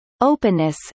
openness